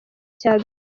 cya